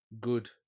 good